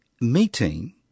meeting